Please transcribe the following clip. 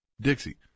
Dixie